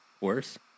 worse